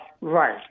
Right